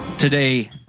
Today